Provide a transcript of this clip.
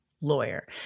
lawyer